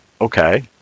okay